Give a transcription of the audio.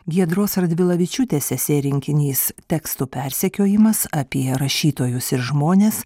giedros radvilavičiūtės esė rinkinys tekstų persekiojimas apie rašytojus ir žmones